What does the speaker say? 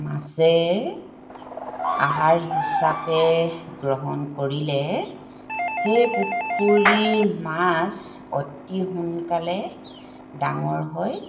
মাছে আহাৰ হিচাপে গ্ৰহণ কৰিলে সেই পুখুৰীৰ মাছ অতি সোনকালে ডাঙৰ হয়